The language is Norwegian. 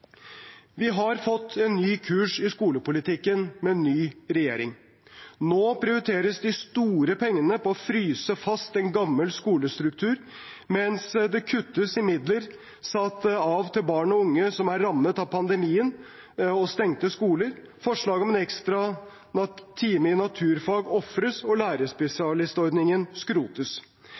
Vi har fått en ny kurs i skolepolitikken med en ny regjering. Nå prioriteres de store pengene på å fryse fast en gammel skolestruktur – mens det kuttes i midler satt av til barn og unge som er rammet av pandemien og stengte skoler, forslaget om en ekstra time i naturfag ofres, og lærerspesialistordningen skrotes.